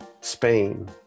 Spain